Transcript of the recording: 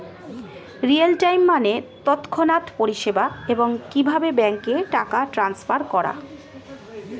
real time মানে তৎক্ষণাৎ পরিষেবা, এবং কিভাবে ব্যাংকে টাকা ট্রান্সফার করা